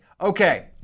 Okay